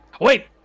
wait